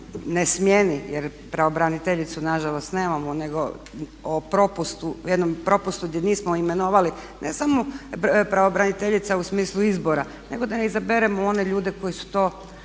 ne smjeni, jer pravobraniteljicu nažalost nemamo nego o propustu, jednom propustu gdje nismo imenovali ne samo pravobraniteljica u smislu izbora nego da izaberemo one ljude koji su to